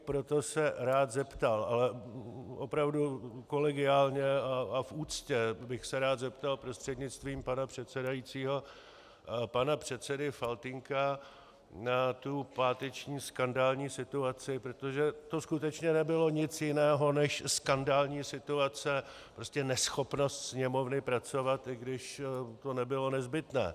Proto bych se rád, zeptal, ale opravdu kolegiálně a v úctě bych se rád zeptal prostřednictvím pana předsedajícího pana předsedy Faltýnka na tu páteční skandální situaci, protože to skutečně nebylo nic jiného než skandální situace, neschopnost Sněmovny pracovat, i když to nebylo nezbytné.